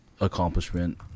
accomplishment